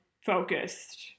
focused